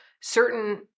certain